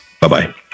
Bye-bye